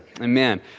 Amen